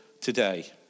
today